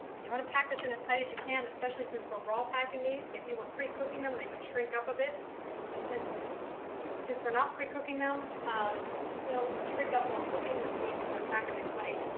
and you want to pack this in as tight as you can especially since we're raw packing these if you were pre-cooking them they would shrink up a bit but since since we're not pre-cooking them um they'll shrink up while cooking which means you want to pack them in tight